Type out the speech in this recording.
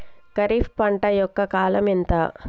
ఖరీఫ్ పంట యొక్క కాలం ఎంత?